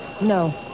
No